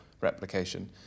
replication